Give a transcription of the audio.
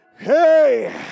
Hey